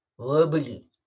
verbally